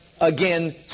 again